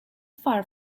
far